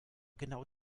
genau